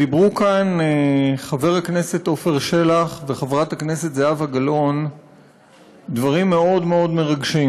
אמרו כאן חבר הכנסת עפר שלח וחברת הכנסת זהבה גלאון דברים מאוד מרגשים,